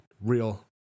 real